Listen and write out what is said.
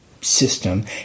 system